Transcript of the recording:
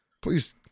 please